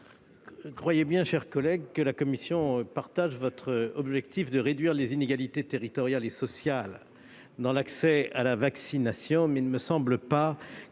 Croyez bien, cher collègue, que la commission fait sien l'objectif de réduire les inégalités territoriales et sociales dans l'accès à la vaccination. Toutefois, il ne me semble pas qu'on